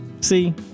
See